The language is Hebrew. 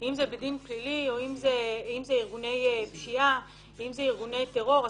אם זה דין פלילי או אם ארגוני פשיעה או ארגוני טרור.